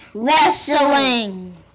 Wrestling